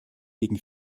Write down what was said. gegen